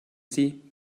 sie